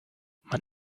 man